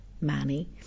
Manny